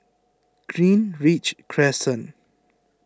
Greenridge Crescent